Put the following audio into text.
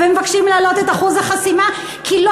ומבקשים להעלות את אחוז החסימה כי לא